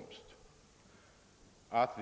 för sådana farhågor.